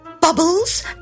Bubbles